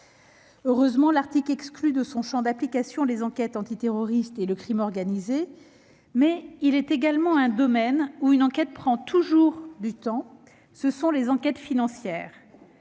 Heureusement, l'article exclut de son champ d'application les enquêtes antiterroristes et le crime organisé. Mais il est également un domaine où une enquête prend toujours du temps, les enquêtes financières,